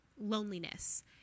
loneliness